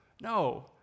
No